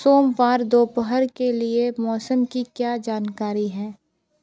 सोमवार दोपहर के लिए मौसम की क्या जानकारी है